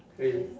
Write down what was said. really